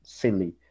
silly